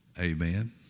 amen